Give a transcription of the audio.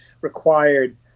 required